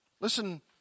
Listen